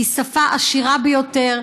היא שפה עשירה ביותר.